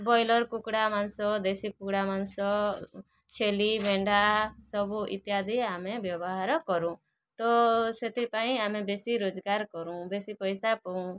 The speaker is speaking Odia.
ବ୍ରଏଲର କୁକୁଡ଼ା ମାଂସ ଦେଶି କୁକୁଡ଼ା ମାଂସ ଛେଳି ମେଣ୍ଢା ସବୁ ଇତ୍ୟାଦି ଆମେ ବ୍ୟବହାର କରୁଁ ତ ସେଥିପାଇଁ ଆମେ ବେଶି ରୋଜଗାର କରୁଁ ବେଶି ପଇସା ପାଉଁ